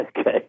Okay